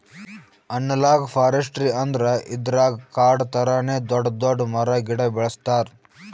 analogue forestry ಅಂದ್ರ ಇದ್ರಾಗ್ ಕಾಡ್ ಥರಾನೇ ದೊಡ್ಡ್ ದೊಡ್ಡ್ ಮರ ಗಿಡ ಬೆಳಸ್ತಾರ್